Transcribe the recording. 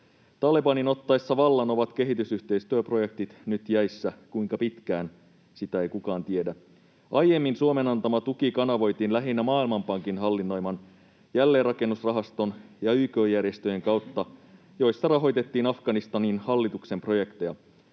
Talebanin otettua vallan ovat kehitysyhteistyöprojektit nyt jäissä — kuinka pitkään, sitä ei kukaan tiedä. Aiemmin Suomen antama tuki kanavoitiin lähinnä Maailmanpankin hallinnoiman jälleenrakennusrahaston ja YK-järjestöjen kautta, joista rahoitettiin Afganistanin hallituksen projekteja.